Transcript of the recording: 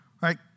right